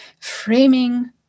framing